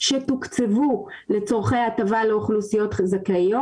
שתוקצבו לצרכי הטבה לאוכלוסיות הזכאיות.